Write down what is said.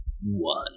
one